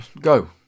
Go